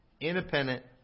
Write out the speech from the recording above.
independent